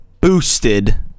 boosted